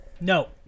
No